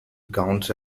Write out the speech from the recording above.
counts